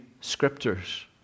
scriptures